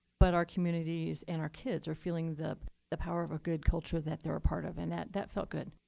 but our communities and our kids are feeling the the power of a good culture that they're a part of. and that that felt good,